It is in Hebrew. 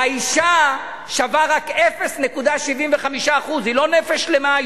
האשה שווה רק 0.75. היא לא נפש שלמה,